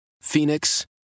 Phoenix